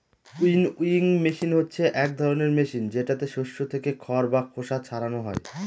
winnowing machine হচ্ছে এক ধরনের মেশিন যেটাতে শস্য থেকে খড় বা খোসা ছারানো হয়